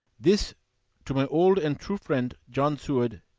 this to my old and true friend john seward,